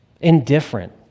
indifferent